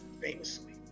famously